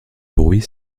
bruit